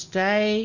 Stay